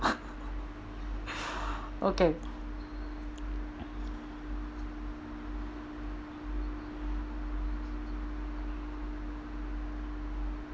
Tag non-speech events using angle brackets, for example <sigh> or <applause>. <laughs> okay